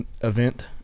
event